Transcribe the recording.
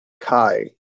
Kai